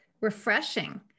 refreshing